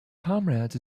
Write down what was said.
comrades